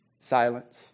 Silence